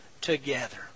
together